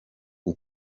ari